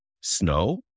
snow